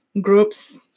groups